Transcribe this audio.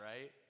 right